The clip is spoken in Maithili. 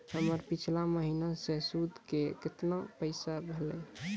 हमर पिछला महीने के सुध के केतना पैसा भेलौ?